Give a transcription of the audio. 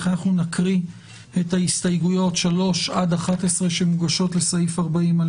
לכן נקרא את ההסתייגות 3 11 שמוגשות לסעיף 40 על